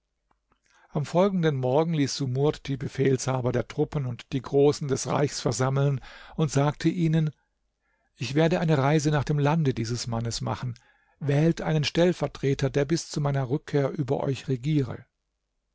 am folgenden morgen ließ sumurd die befehlshaber der truppen und die großen des reichs versammeln und sagte ihnen ich werde eine reise nach dem lande dieses mannes machen wählt einen stellvertreter der bis zu meiner rückkehr über euch regiere